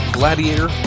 gladiator